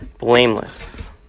blameless